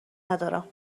ندارم